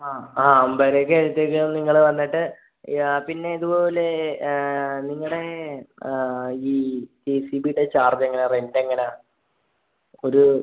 ആ ആ ഒമ്പതരയൊക്കെയായത്തേക്ക് നിങ്ങള് വന്നിട്ട് പിന്നെ ഇതുപോലെ നിങ്ങളുടെ ഈ ജെ സി ബിയുടെ ചാർജെങ്ങനെയാണ് റെൻ്റെങ്ങനെയാണ് ഒരു